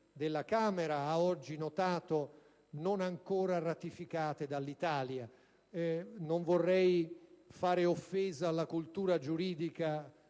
della Camera ha oggi notato - non ancora ratificate dall'Italia. Non vorrei fare offesa alla cultura giuridica